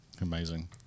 Amazing